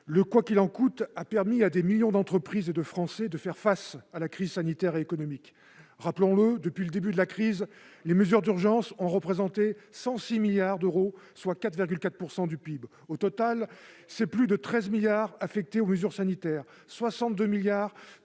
Le « quoi qu'il en coûte » a permis à des millions d'entreprises et de Français de faire face à la crise sanitaire et économique. Rappelons-le, depuis le début de la crise, les mesures d'urgence ont représenté 106 milliards d'euros, soit 4,4 % du PIB. Au total, plus de 13 milliards d'euros ont été affectés aux mesures sanitaires, 62 milliards